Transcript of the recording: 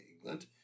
England